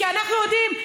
כי אנחנו יודעים,